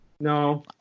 no